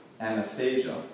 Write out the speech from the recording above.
Anastasia